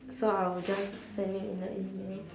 so I will just send you in the email